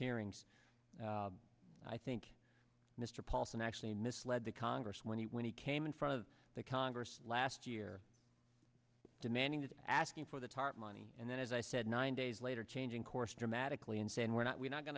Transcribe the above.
hearings i think mr paulson actually misled the congress when he when he came in front of the congress last year demanding that asking for the tarp money and then as i said nine days later changing course dramatically and saying we're not we're not going